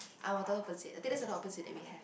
I wanted opposite I think that's the opposite that we have